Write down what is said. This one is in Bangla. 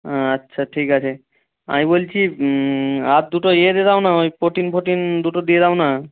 আচ্ছা ঠিক আছে আমি বলছি আর দুটো ইয়ে দিয়ে দাও না ওই প্রোটিন ফোর্টিন দুটো দিয়ে দাও না